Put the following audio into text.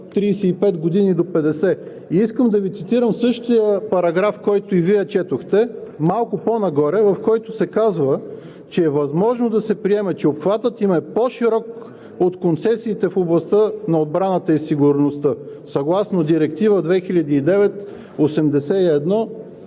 35 години до 50. Искам да Ви цитирам същия параграф, който и Вие четохте, малко по-нагоре, в който се казва: че е възможно да се приеме, че обхватът им е по-широк от концесиите в областта на отбраната и сигурността съгласно Директива 2009/81